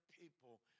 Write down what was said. people